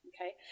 okay